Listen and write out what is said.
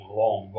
long